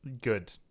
Good